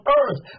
earth